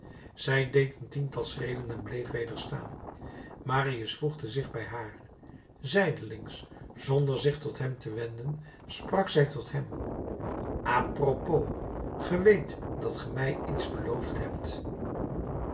zij deed een tiental schreden en bleef weder staan marius voegde zich bij haar zijdelings zonder zich tot hem te wenden sprak zij tot hem a propos ge weet dat ge mij iets beloofd hebt